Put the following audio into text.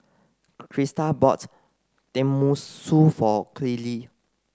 Kristal bought Tenmusu for Coley